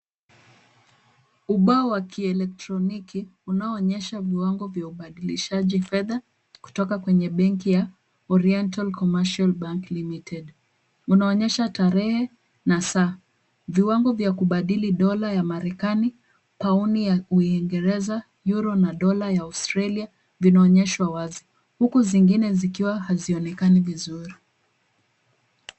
Ubao wa kielektroniki unaoonyesha viwango vya ubadilishaji fedha kutoka kwenye benki ya Oriental Commercial Bank Limited . Unaonyesha tarehe na saa, viwango vya kubadili dola ya marekani, pauni ya uingereza, euro na dola ya Australia vinaonyeshwa wazi huku zingine zikiwa hazionekana vizuri.